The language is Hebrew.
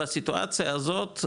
בסיטואציה הזאת,